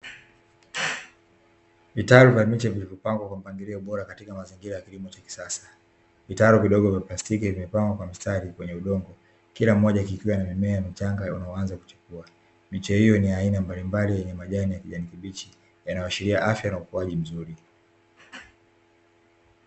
Vitalu vya miche vilivyopangwa kwa mpangilio bora katika mazingira ya kilimo cha kisasa. Vitalu vidogo vya plastiki vimepangwa kwa mstari kwenye udongo, kila mmoja kikiwa na mimea michanga unayoanza kuchipua. Miche hiyo ni ya aina mbalimbali yenye majani ya kijani kibichi, yanayoashiria afya na ukuaji mzuri.